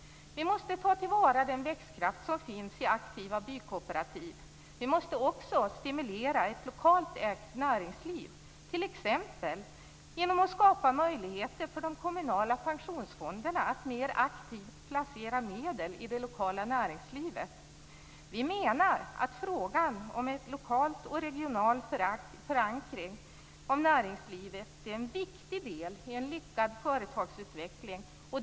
Vi måste ta till vara den växtkraft som finns i aktiva bykooperativ. Vi måste också stimulera ett lokalt ägt näringsliv t.ex. genom att skapa möjligheter för de kommunala pensionsfonderna att mer aktivt placera medel i det lokala näringslivet. Vi menar att frågan om en lokal och regional förankring av näringslivet är en viktig del i en lyckad företagsutveckling.